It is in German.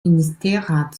ministerrat